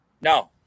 no